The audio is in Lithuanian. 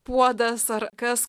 puodas ar kas